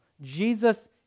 Jesus